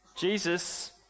Jesus